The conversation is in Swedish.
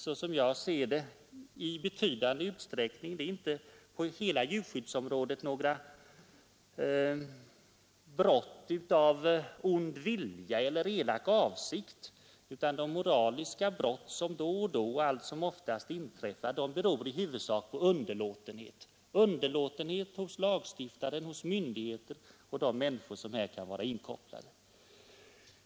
Så som jag ser det är det som sker mot djuren inte några brott som begås av ond vilja eller i elak avsikt, utan de moraliska brott som allt som oftast begås beror i huvudsak på underlåtenhet — underlåtenhet hos lagstiftaren, hos myndigheter och hos de människor som kan vara inkopplade.